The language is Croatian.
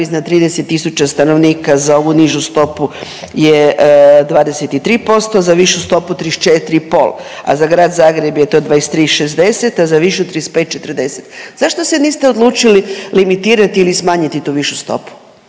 iznad 30 tisuća stanovnika za ovu nižu stopu je 23%, za višu stopu 34,5, a za grad Zagreb je to 23,60, a za višu 35,40. Zašto se niste odlučili limitirati ili smanjiti tu višu stopu?